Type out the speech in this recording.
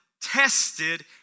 tested